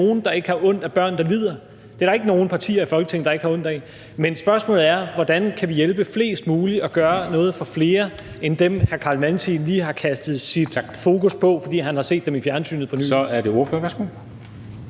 nogen, der ikke har ondt af børn, der lider. Det er der ikke nogen partier i Folketinget der ikke har. Men spørgmålet er: Hvordan kan vi hjælpe flest mulige og gøre noget for flere end dem, hr. Carl Valentin lige har kastet sit fokus på, fordi han har set dem i fjernsynet for nylig? Kl. 17:12 Formanden (Henrik